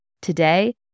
today